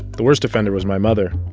the worst offender was my mother.